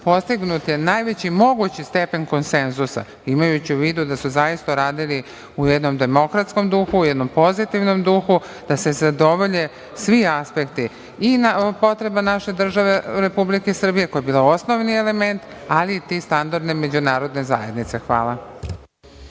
amandmane. Postignut je najveći mogući stepen konsenzusa, imajući u vidu da su zaista radili u jednom demokratskom duhu, jednom pozitivnom duhu, da se zadovolje svi aspekti i potreba naše države Republike Srbije, koja je bila osnovni element, ali i ti standardi međunarodne zajednice. Hvala.